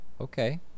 okay